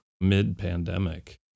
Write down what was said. Mid-pandemic